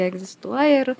egzistuoja ir